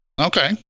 Okay